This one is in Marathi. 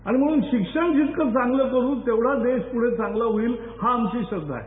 आणि म्हणूनच शिक्षण जेवढ चांगल करु तेवढा देश पुढे चांगला होईल ही आमची श्रद्वा आहे